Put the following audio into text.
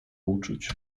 uczuć